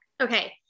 okay